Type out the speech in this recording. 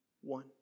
one